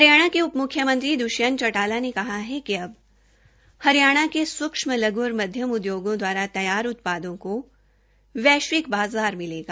हरियाणा के उपम्ख्यमंत्री श्री द्ष्यंत चौटाला ने कहा कि अब हरियाणा के सूक्षम लघ् और मध्यम उदयोगों दवारा तैयार उत्पादों को वैश्विक बाज़ार मिलेगा